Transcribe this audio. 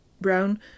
Brown